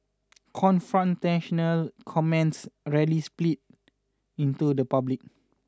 confrontational comments rarely spill into the public